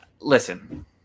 listen